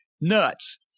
nuts